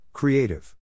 Creative